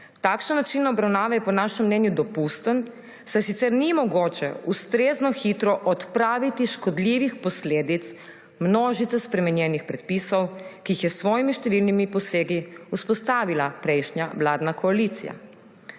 Takšen način obravnave je po našem mnenju dopusten, saj sicer ni mogoče ustrezno hitro odpraviti škodljivih posledic množice spremenjenih predpisov, ki jih je s svojimi številnimi posegi vzpostavila prejšnja vladna koalicija.